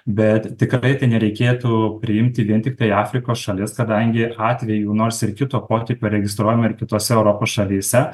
bet tikrai nereikėtų priimti vien tiktai afrikos šalis kadangi atvejų nors ir kito potipio registruojama ir kitose europos šalyse